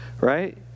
Right